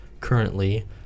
currently